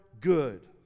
good